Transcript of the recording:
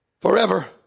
forever